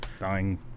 dying